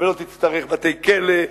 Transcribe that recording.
ולא תצטרך בתי-כלא,